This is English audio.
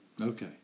Okay